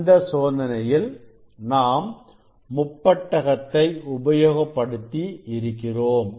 அந்த சோதனையில் நாம் முப்பட்டகத்தை உபயோகப்படுத்தி இருக்கிறோம்